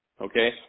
Okay